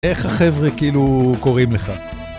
איך החבר'ה כאילו קוראים לך?